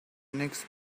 next